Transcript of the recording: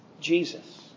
Jesus